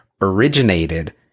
originated